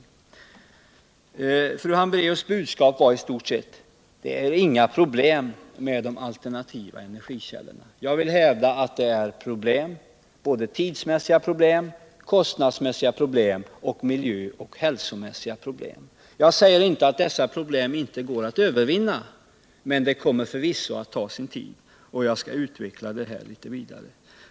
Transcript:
Fru Hambraeus budskap var i stort sett följande: Det är inga problem förknippade med de alternativa energikällorna. Jag vill hävda att det finns problem — såväl tidsmässiga problem som kostnadsmässiga problem och miljö och hälsomässiga problem. Jag säger inte att det inte går att övervinna dessa problem, men det kommer förvisso att ta sin tid. Jag skall utveckla detta närmare.